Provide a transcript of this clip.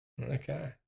Okay